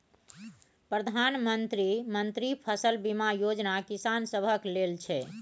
प्रधानमंत्री मन्त्री फसल बीमा योजना किसान सभक लेल छै